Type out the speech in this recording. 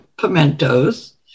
pimentos